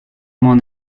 m’en